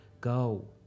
go